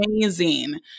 amazing